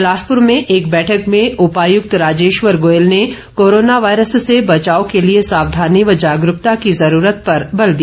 बिलासपुर में एक बैठक में उपायुक्त राजेश्वर गोयल ने कोरोना वायरस से बचाव के लिए सावधानी व जागरूकता की जरूरत पर बल दिया